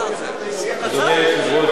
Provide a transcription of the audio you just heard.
אדוני היושב-ראש,